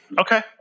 Okay